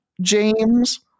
James